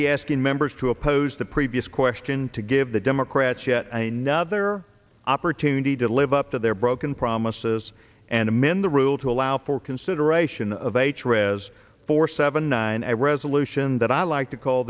be asking members to oppose the previous question to give the democrats yet another opportunity to live up to their broken promises and amend the rule to allow for consideration of a threat as for seven nine a resolution that i'd like to call